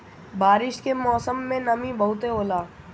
बारिश के मौसम में नमी बहुते होला